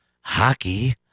Hockey